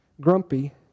grumpy